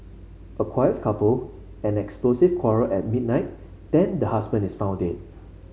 a quiet couple an explosive quarrel at midnight then the husband is found dead